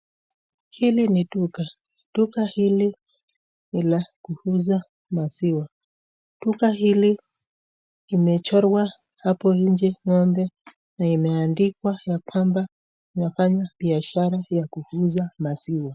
Hili ni duka, duka hili ni la kuuza maziwa. Duka hili imechorwa hapo nje ng'ombe na imeandikwa ya kwamba inafanya biashara ya kuuza maziwa.